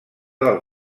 del